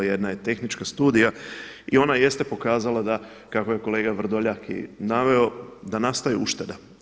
Jedna je tehnička studija i onda jeste pokazala da kako je kolega Vrdoljak i naveo da nastaje ušteda.